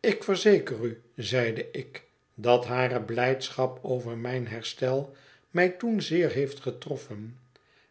ik verzeker u zeide ik dat hare blijdschap over mijn herstel mij toen zeer heeft getroffen